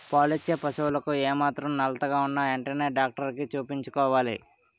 పాలిచ్చే పశువులకు ఏమాత్రం నలతగా ఉన్నా ఎంటనే డాక్టరికి చూపించుకోవాలి